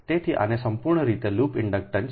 તેથી આને સંપૂર્ણ રીતે લૂપ ઇન્ડક્ટન્સ